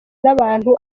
n’abantu